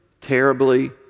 terribly